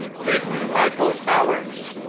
peyton michael powers,